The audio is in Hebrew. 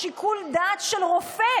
נגד ניר ברקת,